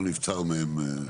אנחנו שלחנו את נייר העמדה.